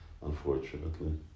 unfortunately